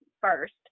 first